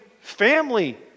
family